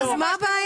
אז מה הבעיה?